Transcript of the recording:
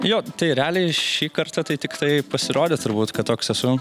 jo tai realiai šį kartą tai tiktai pasirodyt turbūt kad toks esu